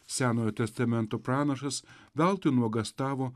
senojo testamento pranašas veltui nuogąstavo